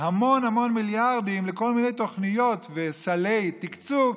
המון המון מיליארדים לכל מיני תוכניות וסלי תקצוב,